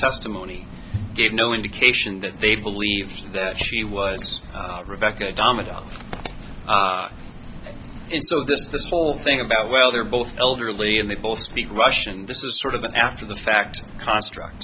testimony gave no indication that they believed that she was rebecca done with it so this this whole thing about well they're both elderly and they both speak russian this is sort of the after the fact construct